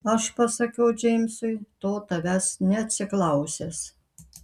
aš pasakiau džeimsui to tavęs neatsiklausęs